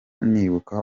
nibuka